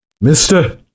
Mister